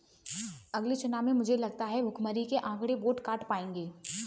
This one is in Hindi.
अगले चुनाव में मुझे लगता है भुखमरी के आंकड़े वोट काट पाएंगे